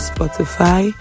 Spotify